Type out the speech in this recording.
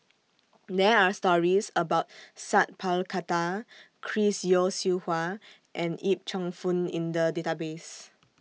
There Are stories about Sat Pal Khattar Chris Yeo Siew Hua and Yip Cheong Fun in The Database